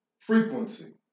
frequency